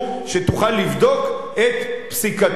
שתוכל לבדוק את פסיקתו.